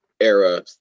era